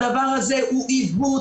הדבר הזה הוא עיוות,